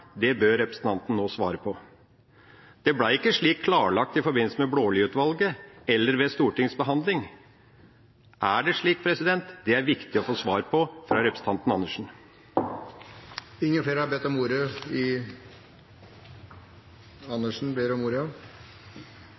Det bør representanten nå svare på. Det ble ikke klarlagt i forbindelse med Blaalid-utvalget eller ved Stortingets behandling. Er det slik? Det er det viktig å få svar på fra representanten Andersen.